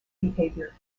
behaviour